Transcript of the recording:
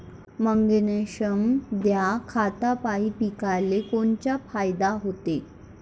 Magnesium ह्या खतापायी पिकाले कोनचा फायदा होते?